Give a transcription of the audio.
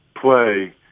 play